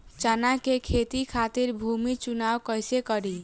चना के खेती खातिर भूमी चुनाव कईसे करी?